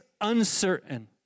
uncertain